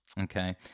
Okay